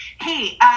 Hey